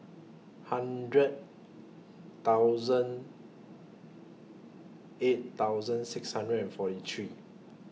hundred thousand eight thousand six hundred and forty three